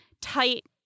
tight